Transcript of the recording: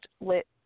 lit